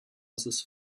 basis